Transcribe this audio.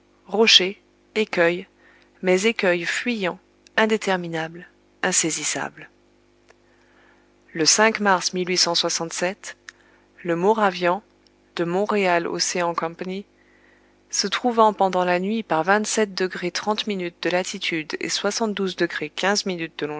rocher écueil mais écueil fuyant indéterminable insaisissable le mars le moravian de montréal océan company se trouvant pendant la nuit par de latitude et de